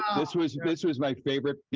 ah this was this was my favorite.